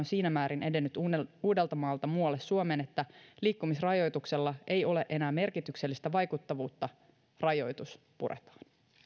siinä määrin edennyt uudeltamaalta muualle suomeen että liikkumisrajoituksella ei ole enää merkityksellistä vaikuttavuutta rajoitus puretaan